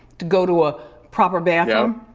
to go to a proper bathroom.